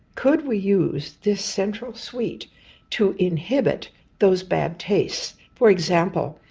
could we use this central sweet to inhibit those bad tastes? for example,